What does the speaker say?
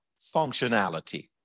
functionality